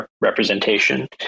representation